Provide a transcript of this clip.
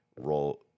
roll